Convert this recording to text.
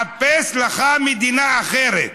חפש לך מדינה אחרת.